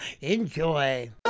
enjoy